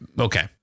Okay